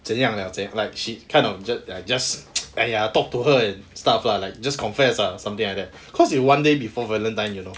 怎样了怎样 like she kind of just !aiya! talk to her and stuff lah like just confess ah or something like that cause you one day before valentine you know